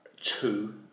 two